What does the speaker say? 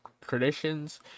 traditions